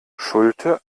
schulte